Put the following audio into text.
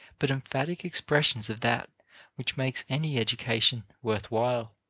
but emphatic expressions of that which makes any education worth while.